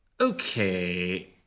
okay